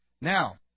Now